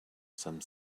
some